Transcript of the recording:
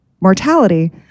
mortality